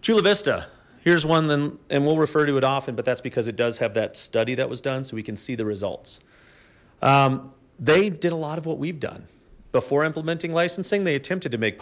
chula vista here's one then and we'll refer to it often but that's because it does have that study that was done so we can see the results they did a lot of what we've done before implementing licensing they attempted to make